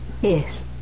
Yes